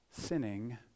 sinning